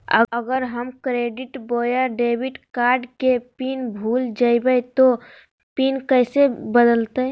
अगर हम क्रेडिट बोया डेबिट कॉर्ड के पिन भूल जइबे तो पिन कैसे बदलते?